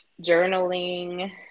Journaling